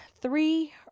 three